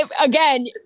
Again